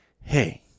Hey